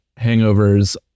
hangovers